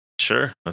Sure